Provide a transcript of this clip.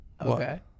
Okay